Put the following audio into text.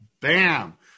Bam